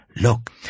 Look